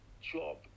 job